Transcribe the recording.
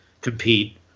compete